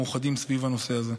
מאוחדים סביב הנושא הזה.